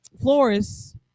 Flores